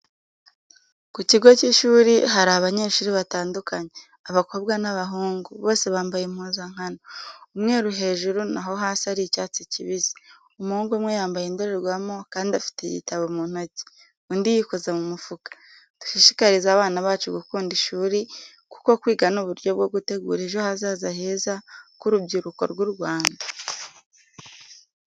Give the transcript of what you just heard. Ku kigo cy'ishuri ahari abanyeshuri batandukanye, abakobwa n'abahungu, bose bambaye impuzankano, umweru hejuru na ho hasi ari icyatsi kibisi, umuhungu umwe yambaye indorerwamo kandi afite igitabo mu ntoki, undi yikoze mu mufuka. Dushishikarize abana bacu gukunda ishuri, kuko kwiga ni uburyo bwo gutegura ejo hazaza heza ku rubyiruko rw'u Rwanda.